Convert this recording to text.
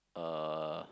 uh